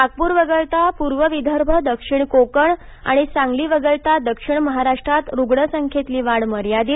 नागपूर वगळता पूर्व विदर्भ दक्षिण कोकण आणि सांगली वगळता दक्षिण महाराष्ट्रात रुग्णसंख्येतली वाढ मर्यादित